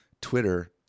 Twitter